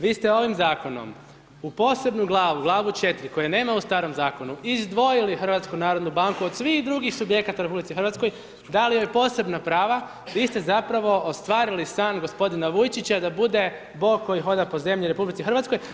Vi ste ovim zakonom u posebnu glavu, Glavu 4 koje nema u starom zakonu izdvojili HNB od svih drugih subjekata u RH, dali joj posebna prava, vi ste zapravo ostvarili san gospodina Vujčića da bude Bog koji hoda po zemlji u RH.